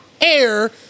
air